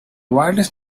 wireless